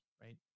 right